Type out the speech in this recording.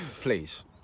Please